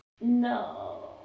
No